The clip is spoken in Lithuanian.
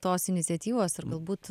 tos iniciatyvos ir galbūt